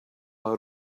out